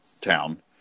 town